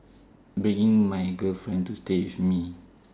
bringing my girlfriend to stay with me